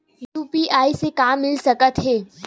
UPI से का मिल सकत हे?